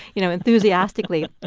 you know, enthusiastically,